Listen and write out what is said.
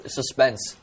suspense